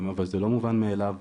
אבל זה לא מובן מאליו.